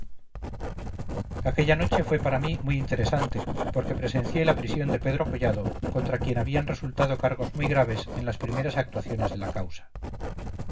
aquella noche fue para mí muy interesante porque presencié la prisión de pedro collado contra quien habían resultado cargos muy graves en las primeras actuaciones de la causa